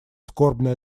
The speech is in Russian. скорбное